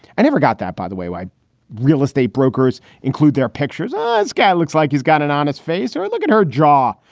i never got that. by the way, why real estate brokers include their pictures on sky. looks like he's got an honest face. look at her jaw.